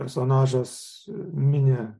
personažas mini